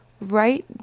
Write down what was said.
right